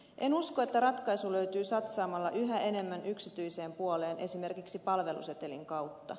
en usko että ratkaisu löytyy satsaamalla yhä enemmän yksityiseen puoleen esimerkiksi palvelusetelin kautta